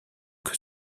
que